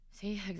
See